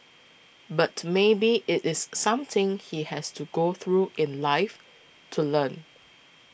but maybe it is something he has to go through in life to learn